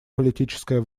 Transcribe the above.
политическая